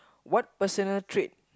what personal trait